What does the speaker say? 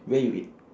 where you eat